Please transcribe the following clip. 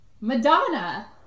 Madonna